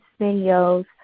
videos